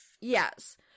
Yes